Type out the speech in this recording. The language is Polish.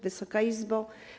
Wysoka Izbo!